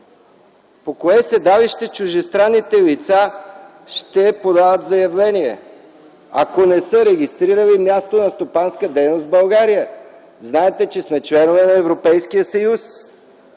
По кое седалище чуждестранните лица ще подават заявление, ако не са регистрирали място на стопанска дейност в България? Знаете, че сме членове на Европейския съюз